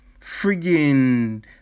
friggin